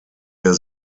der